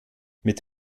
mit